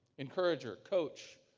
encourager, coach,